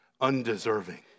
undeserving